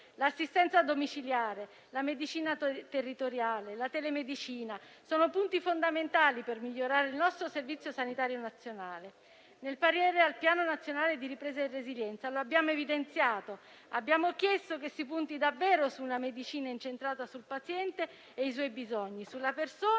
l'assistenza domiciliare, la medicina territoriale, la telemedicina sono punti fondamentali per migliorare il nostro Servizio sanitario nazionale. Nel Piano nazionale di ripresa e resilienza lo abbiamo evidenziato e abbiamo chiesto che si punti davvero su una medicina incentrata sul paziente e i suoi bisogni, sulla persona